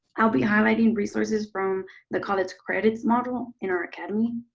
i'll be highlighting resources from the college credits module in our academy.